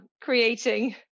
creating